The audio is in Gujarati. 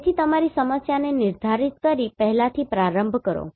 તેથી તમારી સમસ્યાને નિર્ધારિત કરીને પહેલાથી પ્રારંભ કરો